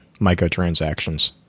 microtransactions